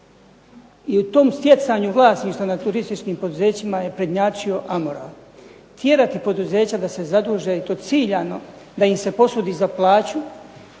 I u tom stjecanju vlasništva na turističkim poduzećima je prednjačio amoral. Tjerati poduzeća da se zaduže i to ciljano da im se posudi za plaću